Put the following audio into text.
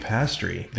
Pastry